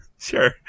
Sure